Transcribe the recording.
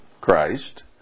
Christ